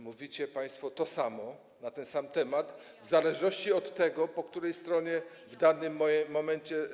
Mówicie państwo to samo na ten sam temat w zależności od tego, po której stronie jesteście w danym momencie.